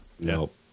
Nope